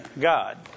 God